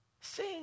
sing